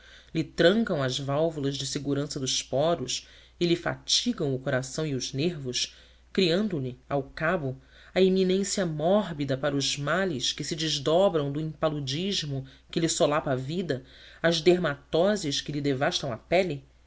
lhe trancam as válvulas de segurança dos poros e lhe fatigam o coração e os nervos criando lhe ao cabo a iminência mórbida para os males que se desdobram do impaludismo que lhe solapa a vida às dermatoses que lhe devastam a pele